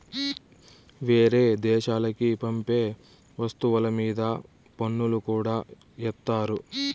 వేరే దేశాలకి పంపే వస్తువుల మీద పన్నులు కూడా ఏత్తారు